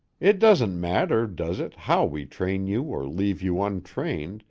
it doesn't matter, does it, how we train you or leave you untrained,